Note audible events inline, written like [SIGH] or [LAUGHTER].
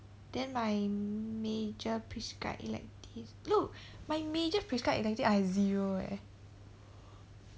then my major prescribed electives look [BREATH] my major prescribed electives I have zero eh